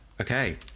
Okay